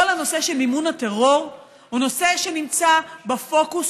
הנושא של מימון הטרור הוא נושא שנמצא בפוקוס,